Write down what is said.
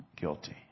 guilty